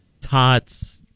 tots